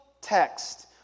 text